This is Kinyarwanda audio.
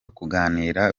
kuganiraho